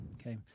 Okay